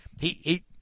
he—he